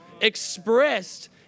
expressed